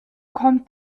kommt